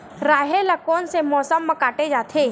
राहेर ल कोन से मौसम म काटे जाथे?